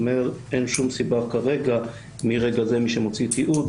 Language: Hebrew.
הוא אומר שאין שום סיבה כרגע מרגע זה מי שמוציא תיעוד